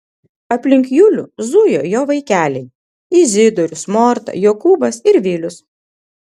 aplink julių zujo jo vaikeliai izidorius morta jokūbas ir vilius